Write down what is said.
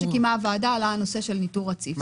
כבר בישיבה הראשונה שקיימה הוועדה עלה נושא הניטור הרציף.